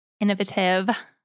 innovative